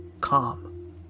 calm